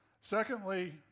Secondly